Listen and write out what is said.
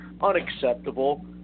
unacceptable